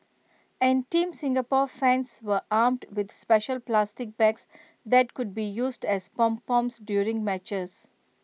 and Team Singapore fans were armed with special plastic bags that could be used as pom poms during matches